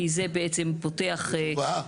כי זה בעצם פותח --- תשובה?